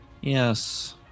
Yes